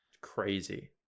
Crazy